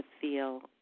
feel